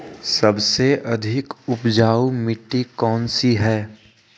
सबसे अधिक उपजाऊ मिट्टी कौन सी हैं?